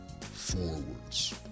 forwards